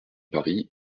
paris